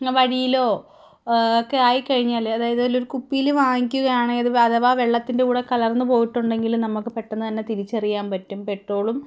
വഴിയിലോ ഒക്കെ ആയി കഴിഞ്ഞാൽ അതായത് അതിലൊരു കുപ്പിയിൽ വാങ്ങിക്കുകയാണത് അഥവാ വെള്ളത്തിൻ്റെ കൂടെ കലർന്ന് പോയിട്ടുണ്ടെങ്കിൽ നമുക്ക് പെട്ടെന്ന് തന്നെ തിരിച്ചറിയാൻ പറ്റും പെട്രോളും